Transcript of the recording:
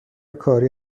کاری